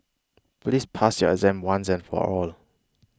please pass your exam once and for all